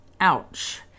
Ouch